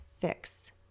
Fix